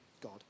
God